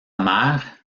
mère